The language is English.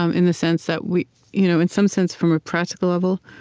um in the sense that we you know in some sense, from a practical level,